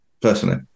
Personally